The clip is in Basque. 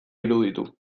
iruditu